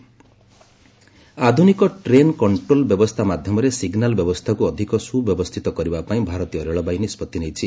ରେଲୱେକ୍ modernisation ଆଧୁନିକ train control ବ୍ୟବସ୍ଥା ମାଧ୍ୟମରେ ସିଗ୍ନାଲ ବ୍ୟବସ୍ଥାକୁ ଅଧିକ ସୁବ୍ୟବସ୍ଥିତ କରିବା ପାଇଁ ଭାରତୀୟ ରେଳବାଇ ନିଷ୍ପତ୍ତି ନେଇଛି